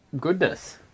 goodness